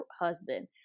husband